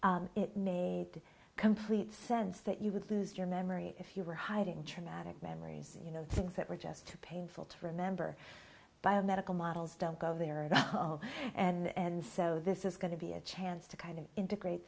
mindset it made complete sense that you would lose your memory if you were hiding traumatic memories you know things that were just too painful to remember biomedical models don't go there and so this is going to be a chance to kind of integrate